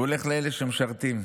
הוא הולך לאלה שמשרתים,